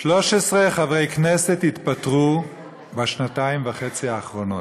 13 חברי כנסת התפטרו בשנתיים וחצי האחרונות.